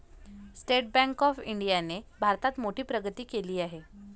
state bank of इंडियाने भारतात मोठी प्रगती केली आहे